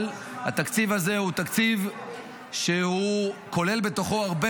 אבל התקציב הזה הוא תקציב שכולל בתוכו הרבה